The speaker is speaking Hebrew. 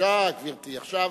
ממש לא